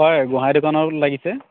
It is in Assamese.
হয় গোহাঁই দোকানত লাগিছে